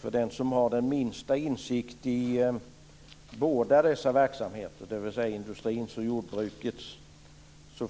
För den som har den minsta insikt i båda dessa verksamheter, industri och jordbruk,